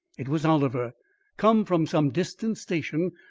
it was oliver come from some distant station,